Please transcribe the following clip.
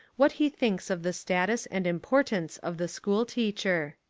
what he thinks of the status and importance of the school teacher.